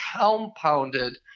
compounded